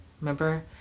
remember